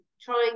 Trying